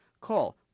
Call